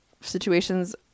situations